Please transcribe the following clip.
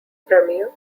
premiere